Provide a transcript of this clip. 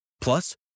Plus